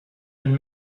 been